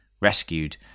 rescued